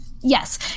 Yes